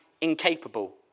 incapable